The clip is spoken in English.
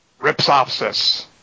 Ripsopsis